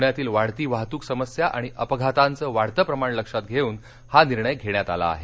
पुण्यातील वाढती वाहतूक समस्या आणि अपघातांचं वाढतं प्रमाण लक्षात घेऊन हा निर्णय घेण्यात आला आहे